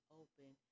open